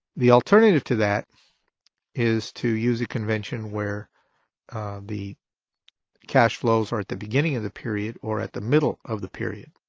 the alternative to that is to use a convention where the cash flows are at the beginning of the period or at the middle of the period.